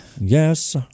Yes